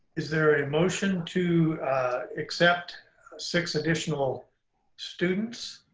is there a motion to accept six additional students?